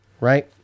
right